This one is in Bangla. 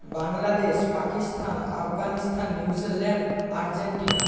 Bangladesh Pakistan Afghanistan New Zealand Argentina